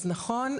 אז נכון,